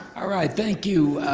ah right, thank you